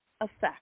effect